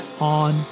on